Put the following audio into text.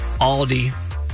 aldi